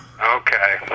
Okay